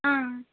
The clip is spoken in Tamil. ஆ